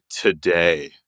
today